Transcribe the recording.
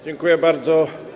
Dziękuję bardzo.